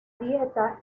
dieta